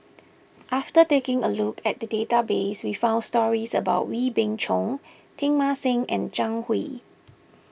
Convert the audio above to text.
after taking a look at the database we found stories about Wee Beng Chong Teng Mah Seng and Zhang Hui